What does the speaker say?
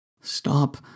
Stop